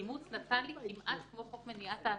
אימוץ נתן לי כמעט כמו חוק מניעת העסקה.